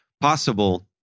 possible